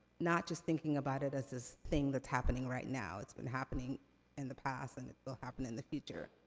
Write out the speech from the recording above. not just thinking about it as this thing that's happening right now. it's been happening in the past, and it will happen in the future.